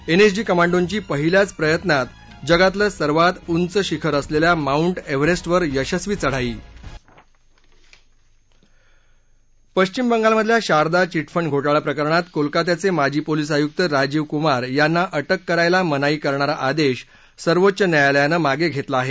NSG कमांडोंची पहिल्याच प्रयत्नात जगातलं सर्वात उंच शिखर असलेल्या माउंट एव्हरेस्टवर यशस्वी चढाई पश्चिम बंगालमधल्या शारदा चिटफंड घोटाळा प्रकरणात कोलकात्याचे माजी पोलिस आयुक्त राजीव कुमार यांना अटक करायला मनाई करणारा आदेश सर्वोच्च न्यायालयानं मागे घेतला आहे